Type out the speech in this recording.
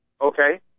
okay